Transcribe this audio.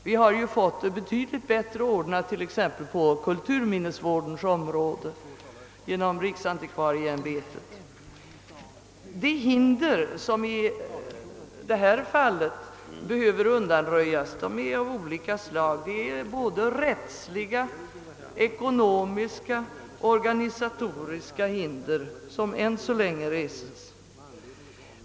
Vi har ju fått det betydligt bättre ordnat på De hinder som i detta fall behöver undanröjas är av olika slag. Det är både rättsliga, ekonomiska och organisatoriska hinder som än så länge reses.